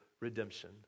redemption